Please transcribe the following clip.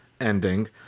ending